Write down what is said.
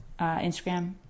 Instagram